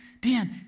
Dan